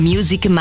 Music